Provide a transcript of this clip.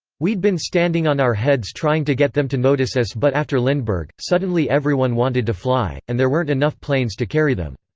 we'd been standing on our heads trying to get them to notice us but after lindbergh, suddenly everyone wanted to fly, and there weren't enough planes to carry them.